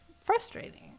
frustrating